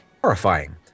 horrifying